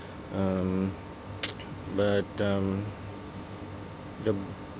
um but um the